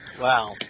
Wow